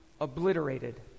obliterated